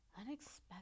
Unexpected